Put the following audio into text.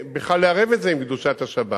בכלל בלי לערב את זה עם קדושת השבת,